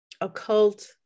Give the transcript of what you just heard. occult